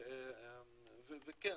כן,